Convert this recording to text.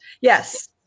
Yes